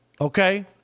Okay